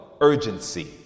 urgency